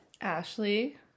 ashley